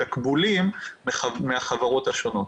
התקבולים מהחברות השונות.